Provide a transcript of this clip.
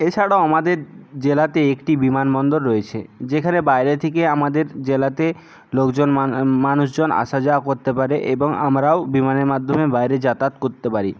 এছাড়াও আমাদের জেলাতে একটি বিমানবন্দর রয়েছে যেখানে বাইরে থেকে আমাদের জেলাতে লোকজন মানুষজন আসা যাওয়া করতে পারে এবং আমরাও বিমানের মাধ্যমে বাইরে যাতায়াত করতে পারি